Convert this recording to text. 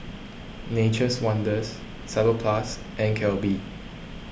Nature's Wonders Salonpas and Calbee